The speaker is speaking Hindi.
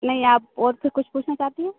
नहीं आप और फ़िर कुछ पूछना चाहती है